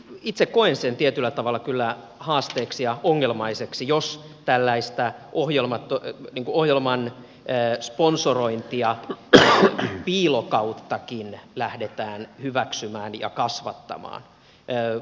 itse koen sen tietyllä tavalla kyllä haasteeksi ja ongelmaiseksi asiaksi jos tällaista ohjelman sponsorointia piilokauttakin lähdetään hyväksymään ja kasvattamaan